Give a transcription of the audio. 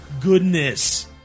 goodness